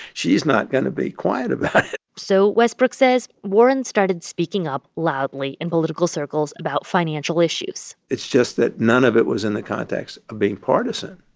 she's not going to be quiet about it so, westbrook says, warren started speaking up loudly in political circles about financial issues it's just that none of it was in the context of being partisan